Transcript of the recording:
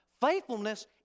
faithfulness